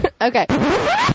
Okay